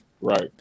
Right